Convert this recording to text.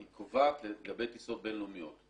היא קובעת לגבי טיסות בין-לאומיות.